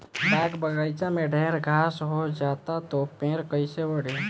बाग बगइचा में ढेर घास हो जाता तो पेड़ कईसे बढ़ी